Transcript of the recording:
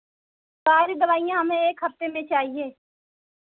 सारी दवाइयाँ हमें एक हफ्ते में चाहिए